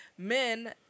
Men